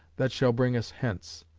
that shall bring us hence.